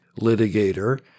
litigator